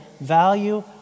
value